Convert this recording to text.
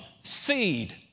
seed